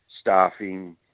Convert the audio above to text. Staffing